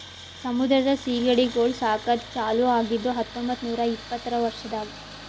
ಸಮುದ್ರದ ಸೀಗಡಿಗೊಳ್ ಸಾಕದ್ ಚಾಲೂ ಆಗಿದ್ದು ಹತೊಂಬತ್ತ ನೂರಾ ಇಪ್ಪತ್ತರ ವರ್ಷದಾಗ್